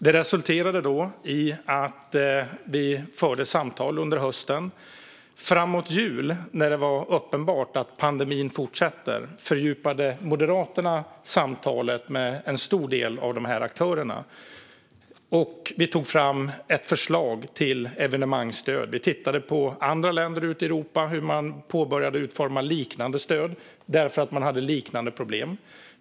Detta resulterade i att vi förde samtal under hösten. Framåt jul, när det var uppenbart att pandemin skulle fortsätta, fördjupade Moderaterna samtalet med en stor del av dessa aktörer. Vi tog fram ett förslag till evenemangsstöd. Vi tittade på hur andra länder ute i Europa påbörjade utformningen av liknande stöd därför att de hade liknande problem.